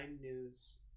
news